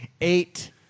eight